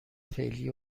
فعلی